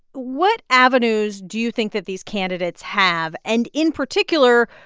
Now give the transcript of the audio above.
what avenues do you think that these candidates have? and in particular,